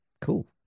cool